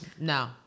no